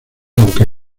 aunque